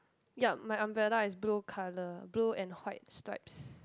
ya my umbrella is blue colour blue and white stripes